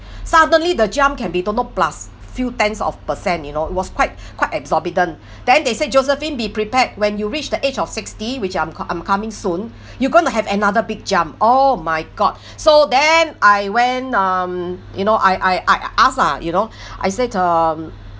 suddenly the jump can be don't know plus few tens of percent you know it was quite quite exorbitant then they said josephine be prepared when you reach the age of sixty which I'm co~ I'm coming soon you're going to have another big jump oh my god so then I went um you know I I I ask lah you know I said um